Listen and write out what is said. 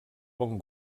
bon